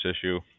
issue